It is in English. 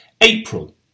April